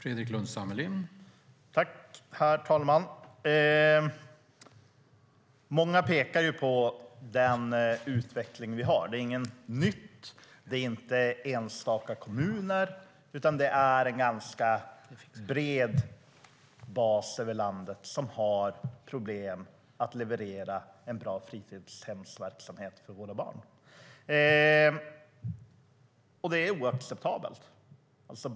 Herr talman! Många pekar på den utveckling som vi har. Det är inget nytt. Det är inte enstaka kommuner, utan det är en ganska bred bas över landet som har problem att leverera en bra fritidshemsverksamhet för våra barn. Det är oacceptabelt.